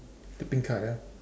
the pink colour